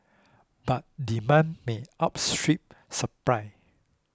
but demand may outstrip supply